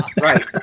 Right